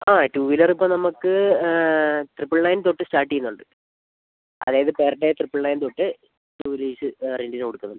ആ two wheeler ഇപ്പോൾ നമുക്ക് ട്രിപ്പിൾ നയൻ തൊട്ട് സ്റ്റാർട്ട് ചെയ്യുന്നുണ്ട് അതായത് പെർ ഡേ ട്രിപ്പിൾ നയൻ തൊട്ട് ടു വീലേഴ്സ് റെൻറ്റിന് കൊടുക്കുന്നുണ്ട്